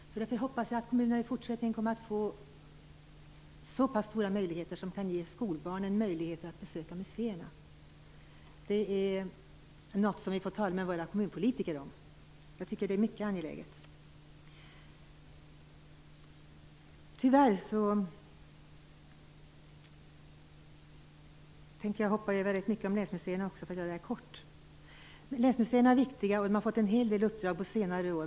Därför hoppas jag att kommunerna i fortsättningen kommer att få så pass stora möjligheter att de kan ge skolbarnen möjlighet att besöka museerna. Det är något som vi får tala med våra kommunpolitiker om. Jag tycker att det är mycket angeläget. Tyvärr tänker jag hoppa över rätt mycket om länsmuseerna också för att göra mitt anförande kort. Länsmuseerna är viktiga, och de har fått en hel del uppdrag på senare år.